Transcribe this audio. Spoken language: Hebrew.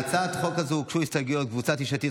להצעת החוק הוגשו הסתייגויות: קבוצת סיעת יש עתיד,